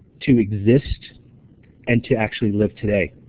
to exist and to actually live today.